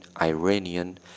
Iranian